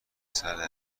سره